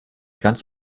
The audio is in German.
ganz